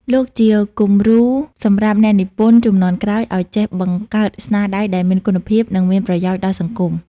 លោកជាគំរូសម្រាប់អ្នកនិពន្ធជំនាន់ក្រោយឲ្យចេះបង្កើតស្នាដៃដែលមានគុណភាព និងមានប្រយោជន៍ដល់សង្គម។